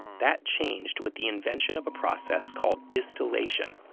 that changed with the invention of a process called distillation.